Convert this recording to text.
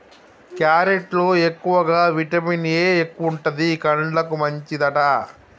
carrot లో ఎక్కువగా vitamin A ఎక్కువుంటది, కండ్లకు మంచిదట